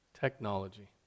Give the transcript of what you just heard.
Technology